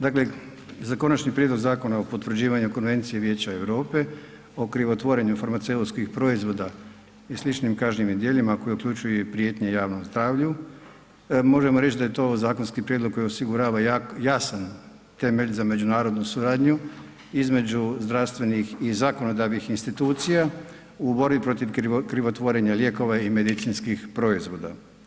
Dakle, za Konačni prijedlog Zakona o potvrđivanju Konvencije Vijeća Europe o krivotvorenju farmaceutskih proizvoda i sličnim kažnjivim djelima koja uključuju prijetnje javnom zdravlju možemo reći da je to zakonski prijedlog koji osigurava jasan temelj za međunarodnu suradnju između zdravstvenih i zakonodavnih institucija u borbi protiv krivotvorenja lijekova i medicinskih proizvoda.